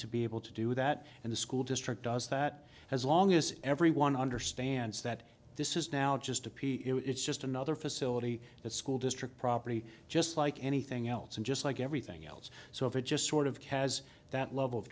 to be able to do that and the school district does that as long as everyone understands that this is now just a p it's just another facility the school district property just like anything else and just like everything else so if it just sort of kaz that level of